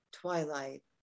Twilight